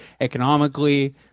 economically